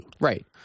Right